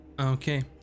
Okay